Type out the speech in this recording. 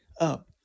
up